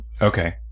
Okay